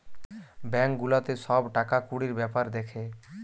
bank গুলাতে সব টাকা কুড়ির বেপার দ্যাখে